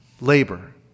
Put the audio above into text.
labor